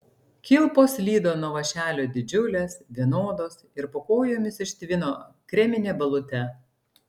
kilpos slydo nuo vąšelio didžiulės vienodos ir po kojomis ištvino kremine balute